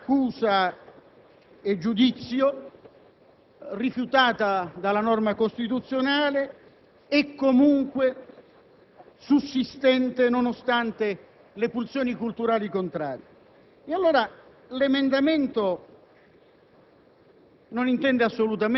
che viene rifiutato, il Parlamento da tempo si tormenta su tutte le ipotesi possibili, ma questo tema è un tema rifiutato, è un tema che comporterebbe fatalmente anche una riforma costituzionale, certamente distante